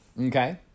Okay